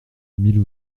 mille